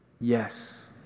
Yes